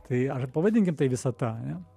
tai ar pavadinkim tai visata ane